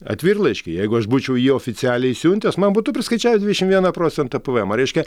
atvirlaiškį jeigu aš būčiau jį oficialiai siuntęs man būtų priskaičiavę dvidešimt vieną procentą pvm reiškia